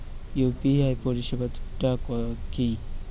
UPI পরিসেবাটা কি?